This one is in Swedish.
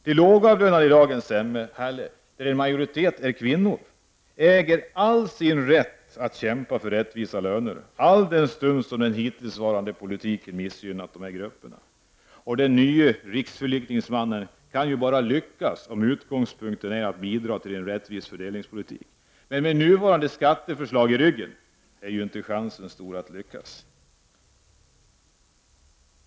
De lågavlönade i dagens samhälle — bland vilka en majoritet är kvinnor — äger all rätt att tillkämpa sig rättvisa löner, alldenstund den hittillsvarande politiken missgynnat dessa grupper. Den nye riksförlikningsmannen kan bara lyckas om utgångspunkten är att bidra till en rättvis fördelningspolitik. Men när han har nuvarande skatteförslag i ryggen är inte chansen stor att lyckas.